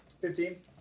Fifteen